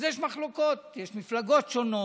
אז יש מחלוקות, יש מפלגות שונות,